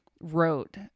wrote